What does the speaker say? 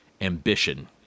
ambition